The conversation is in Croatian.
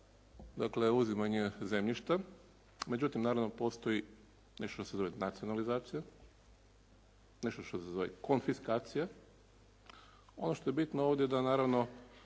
uz uzimanje zemljišta. Međutim, naravno postoji nešto što se zove nacionalizacija, nešto što se zove konfiskacija. Ono što je bitno ovdje da naravno